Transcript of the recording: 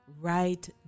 right